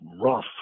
rough